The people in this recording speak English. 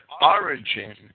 origin